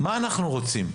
מה אנחנו רוצים,